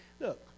Look